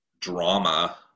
drama